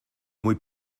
muy